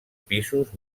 pisos